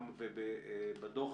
גם בדוח